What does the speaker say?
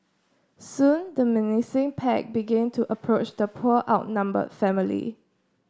soon the menacing pack began to approach the poor outnumber family